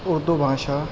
Urdu Bhasha